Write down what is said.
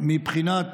מבחינת